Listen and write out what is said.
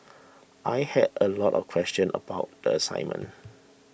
I had a lot of questions about the assignment